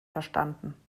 verstanden